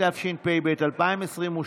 התשפ"ב 2022,